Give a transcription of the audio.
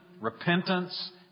repentance